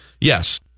Yes